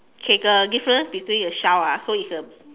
okay the difference between the shell ah so it's the